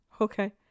Okay